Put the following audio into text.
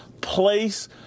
place